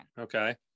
okay